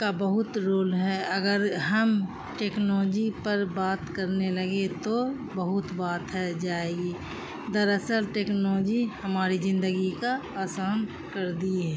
کا بہت رول ہے اگر ہم ٹیکنالوجی پر بات کرنے لگے تو بہت بات ہے جائے گی دراصل ٹیکنالوجی ہماری زندگی کا آسان کر دیے